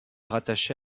rattachée